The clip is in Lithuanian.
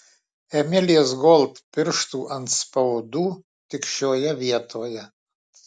emilės gold pirštų atspaudų tik šioje vietoje